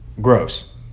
gross